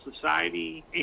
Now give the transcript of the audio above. Society